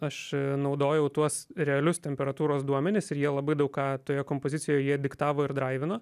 aš naudojau tuos realius temperatūros duomenis ir jie labai daug ką toje kompozicijoj jie diktavo ir draivino